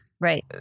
Right